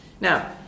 now